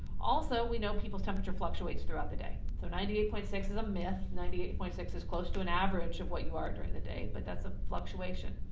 also, we know people's temperature fluctuates, throughout the day, so ninety eight point six is a myth, ninety eight point six is close to an average of what you are during the day but that's a fluctuation.